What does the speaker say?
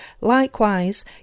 Likewise